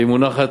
והיא מונחת,